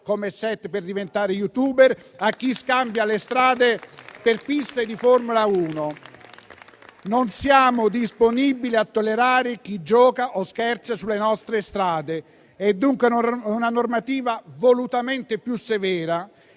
come *set* per diventare *youtuber* e a chi scambia le strade per piste di Formula 1. Non siamo disponibili a tollerare chi gioca o scherza sulle nostre strade. Si tratta, dunque, di una normativa volutamente più severa